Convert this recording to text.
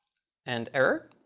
and error.